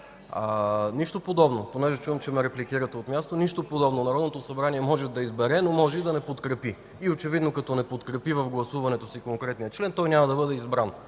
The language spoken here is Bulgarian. от БСП ЛБ.) Понеже чувам, че ме репликирате от място – нищо подобно! Народното събрание може да избере, но може и да не подкрепи. Очевидно, когато не подкрепи с гласуването си конкретния член, той няма да бъде избран.